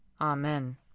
Amen